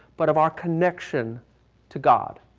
but of our connection to god.